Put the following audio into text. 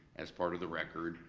as part of the record,